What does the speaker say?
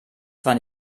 zwar